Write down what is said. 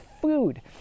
food